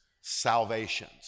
salvations